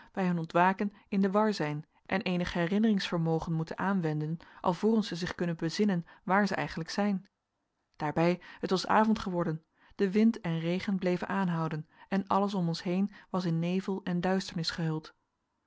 bij hun ontwaken in de war zijn en eenig herinneringsvermogen moeten aanwenden alvorens zij zich kunnen bezinnen waar zij eigenlijk zijn daarbij het was avond geworden de wind en regen bleven aanhouden en alles om ons heen was in nevel en duisternis gehuld